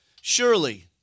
Surely